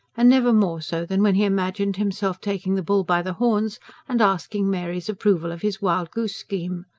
and never more so than when he imagined himself taking the bull by the horns and asking mary's approval of his wild-goose scheme.